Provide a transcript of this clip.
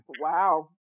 Wow